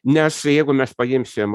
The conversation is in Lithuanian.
nes jeigu mes paimsim